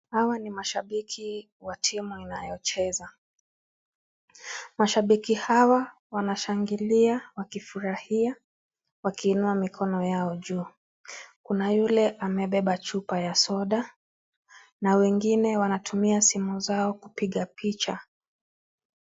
Hawa ni mashabiki wa timu inayocheza. Mashabiki hawa wanashangilia, wakifurahia, wakiinua mikono yao juu. Kuna yule amebeba chupa ya soda na wengine wanatumia simu zao kupiga picha.